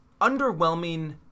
underwhelming